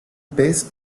pez